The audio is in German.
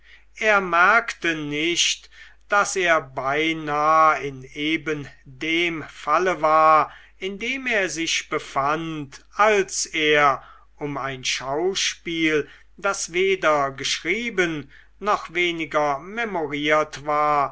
er merkte nicht daß er beinah in eben dem falle war in dem er sich befand als er um ein schauspiel das weder geschrieben noch weniger memoriert war